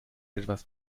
etwas